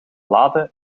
lade